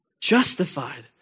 Justified